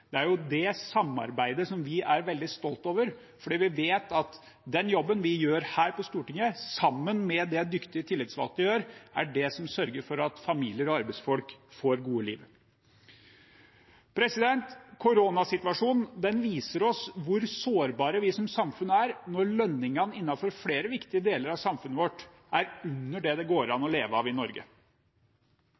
Det er jo det samarbeidet som vi er veldig stolt over, for vi vet at den jobben vi gjør her på Stortinget, sammen med det dyktige tillitsvalgte gjør, er det som sørger for at familier og arbeidsfolk får gode liv. Koronasituasjonen viser oss hvor sårbare vi som samfunn er, når lønningene innenfor flere viktige deler av samfunnet vårt er under det det går an å leve av i Norge.